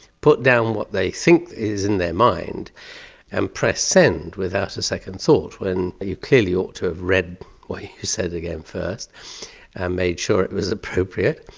put down what they think is in their mind and press send without a second thought, when you clearly ought to have read what you said again first and made sure it was appropriate.